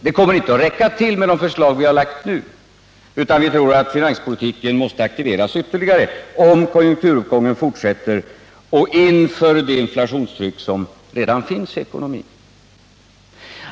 Men de förslag som vi lagt fram nu kommer inte att räcka till, utan vi tror att finanspolitiken måste aktiveras ytterligare om konjunkturuppgången fortsätter och inför det inflationstryck som redan finns i ekonomin.